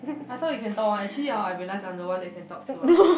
I thought you can talk one actually orh I realise I'm the one that can talk throughout